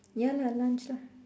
ya lah lunch lah